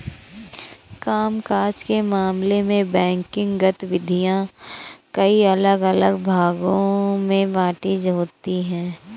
काम काज के मामले में बैंकिंग गतिविधियां कई अलग अलग भागों में बंटी होती हैं